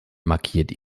markiert